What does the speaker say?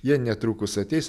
jie netrukus ateis